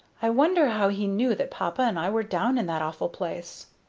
i wonder how he knew that papa and i were down in that awful place?